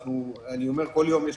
אני אומר שכל יום,